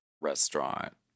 restaurant